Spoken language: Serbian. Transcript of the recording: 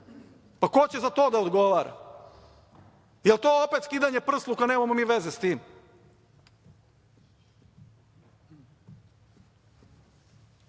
Pa, ko će za to da odgovara. Da li je to opet skidanje prsluka, nemamo mi veze sa